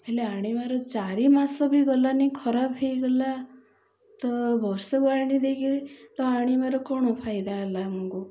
ହେଲେ ଆଣିବାର ଚାରି ମାସ ବି ଗଲାନି ଖରାପ ହେଇଗଲା ତ ବର୍ଷକୁ ୱାରେଣ୍ଟି ଦେଇକିରି ତ ଆଣିବାର କ'ଣ ଫାଇଦା ହେଲା ଆମକୁ